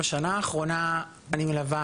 בשנה האחרונה אני מלווה,